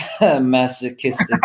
masochistic